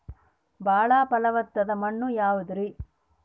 ಬಾಳ ಫಲವತ್ತಾದ ಮಣ್ಣು ಯಾವುದರಿ?